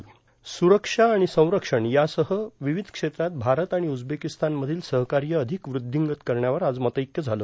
स्ररक्षा आणि संरक्षण यासह विविध क्षेत्रात भारत आणि उझबेकिस्तान मधील सहकार्य अधिक वृद्धिंगत करण्यावर आज मतैक्य झालं